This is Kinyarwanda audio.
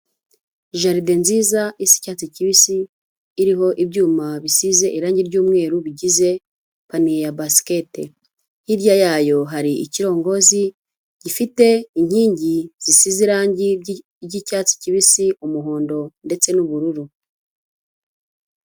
Jaride nziza isa icyatsi kibisi iriho ibyuma bisize irange ry'umweru bigize paniye ya basikete, hirya yayo hari ikirongozi gifite inkingi zisize irangi ry'icyatsi kibisi, umuhondo ndetse n'ubururu.